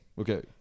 Okay